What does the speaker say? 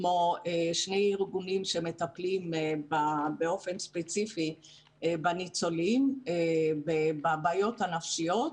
כמו שני ארגונים שמטפלים באופן ספציפי בניצולים ובבעיות הנפשיות,